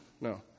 no